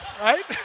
Right